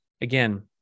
again